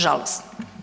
Žalosno.